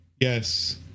Yes